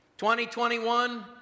2021